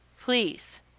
please